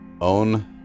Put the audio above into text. own